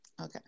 Okay